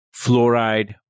fluoride